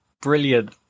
brilliant